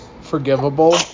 forgivable